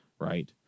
Right